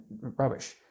rubbish